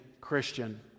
Christian